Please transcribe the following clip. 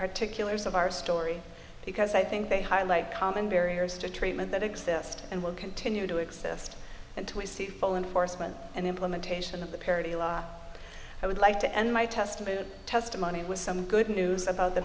particulars of our story because i think they highlight common barriers to treatment that exist and will continue to exist until we see full enforcement and implementation of the parity law i would like to end my testimony testimony with some good news about the